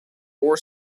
four